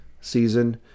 season